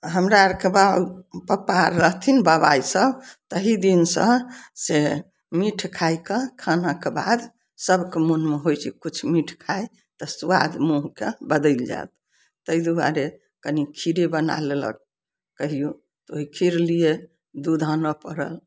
हमरा आरके बाउ पप्पा रहथिन बाबा ई सब तही दिनसँ से मीठ खायइके खानाके बाद सब कोइ मोनमे होइ छै किछु मीठ खाइ तऽ सुआद मुँहके बदलि जायत तै दुआरे कनी खीरे बना लेलक कहियो ओइ खीर लिए दूध आनऽ पड़ल